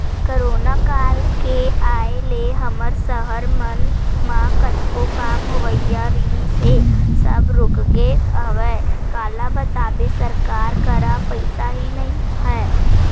corona काल के आय ले हमर सहर मन म कतको काम होवइया रिहिस हे सब रुकगे हवय काला बताबे सरकार करा पइसा ही नइ ह